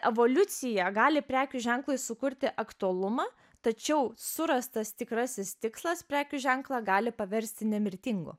evoliucija gali prekių ženklui sukurti aktualumą tačiau surastas tikrasis tikslas prekių ženklą gali paversti nemirtingu